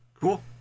Cool